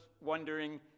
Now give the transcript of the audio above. wondering